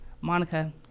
monica